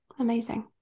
Amazing